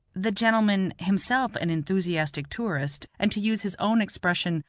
the gentleman himself, an enthusiastic tourist, and to use his own expression,